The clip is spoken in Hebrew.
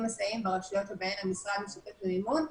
מסייעים ברשויות שבהן המשרד משתתף במימון.